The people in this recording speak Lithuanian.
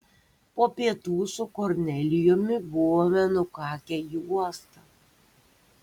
po pietų su kornelijumi buvome nukakę į uostą